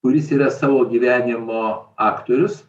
kuris yra savo gyvenimo aktorius